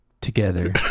together